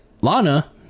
Lana